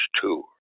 tour